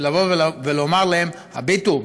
של לבוא ולומר להם: הביטו,